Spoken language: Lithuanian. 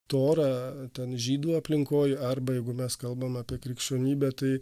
torą ten žydų aplinkoj arba jeigu mes kalbam apie krikščionybę tai